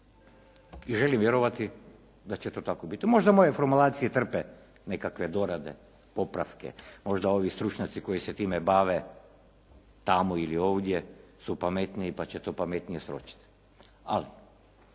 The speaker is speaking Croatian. i želim vjerovati da će to tako biti. Možda moje formulacije trpe nekakve dorade, popravke, možda ovi stručnjaci koji se time bave tamo ili ovdje su pametniji pa će to pametnije sročiti, ali